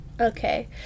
Okay